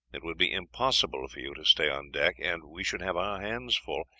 it would be impossible for you to stay on deck, and we should have our hands full,